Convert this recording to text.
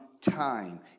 time